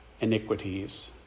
iniquities